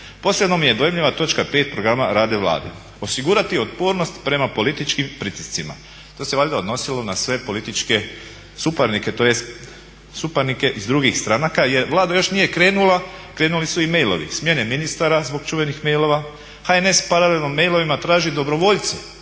Posebno mi je dojmljiva točka 5 programa rada Vlade, osigurati otpornost prema političkim pritiscima. To se valjda odnosilo na sve političke suparnike tj. suparnike iz drugih stranaka jer Vlada još nije krenula, krenuli su i mailovi, smjene ministara zbog čuvenih mailova. HNS paralelno mailovima traži dobrovoljce